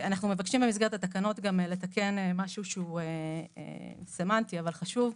במסגרת התקנות אנחנו מבקשים גם לתקן משהו שהוא סמנטי אבל חשוב,